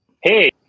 hey